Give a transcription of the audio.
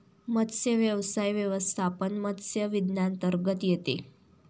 मत्स्यव्यवसाय व्यवस्थापन मत्स्य विज्ञानांतर्गत येते